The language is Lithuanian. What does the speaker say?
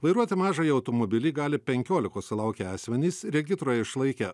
vairuoti mažąjį automobilį gali penkiolikos sulaukę asmenys regitroje išlaikę